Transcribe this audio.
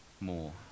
more